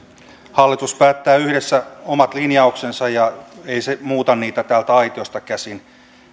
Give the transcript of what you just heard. hallitus päättää yhdessä omat linjauksensa ja ei se muuta niitä täältä aitiosta käsin